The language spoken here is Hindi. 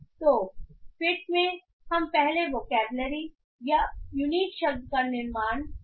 तो फिट में हमें पहले वोकैबलरी या यूनिक शब्द का निर्माण करना होगा